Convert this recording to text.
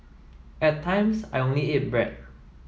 at times I only ate bread